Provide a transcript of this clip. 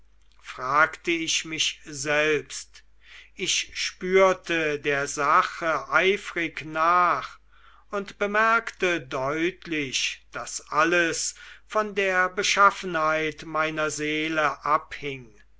fragte ich mich selbst ich spürte der sache eifrig nach und bemerkte deutlich daß alles von der beschaffenheit meiner seele abhing